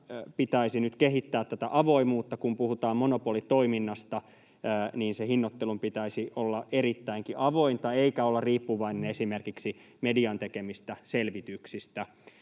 pitäisi nyt kehittää. Kun puhutaan monopolitoiminnasta, niin hinnoittelun pitäisi olla erittäinkin avointa eikä olla riippuvainen esimerkiksi median tekemistä selvityksistä.